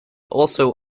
also